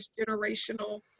generational